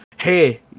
Hey